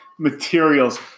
materials